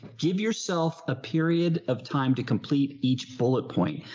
give yourself a period of time to complete each bullet point.